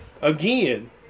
again